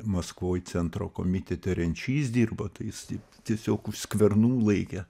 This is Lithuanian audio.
maskvoj centro komitete renčys dirbo tai jis tai tiesiog už skvernų laikė